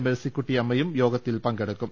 മേഴ്സിക്കുട്ടിയമ്മയും യോഗത്തിൽ പങ്കെടുക്കും